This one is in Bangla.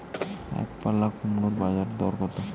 একপাল্লা কুমড়োর বাজার দর কত?